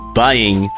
buying